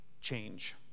change